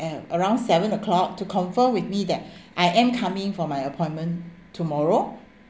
uh around seven O clock to confirm with me that I am coming for my appointment tomorrow